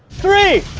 three,